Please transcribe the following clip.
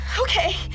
Okay